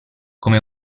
come